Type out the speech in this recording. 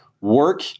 Work